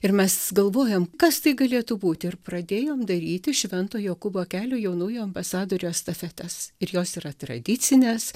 ir mes galvojom kas tai galėtų būti ir pradėjom daryti švento jokūbo kelio jaunųjų ambasadorių estafetes ir jos yra tradicinės